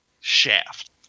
shaft